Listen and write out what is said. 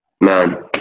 Man